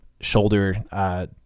shoulder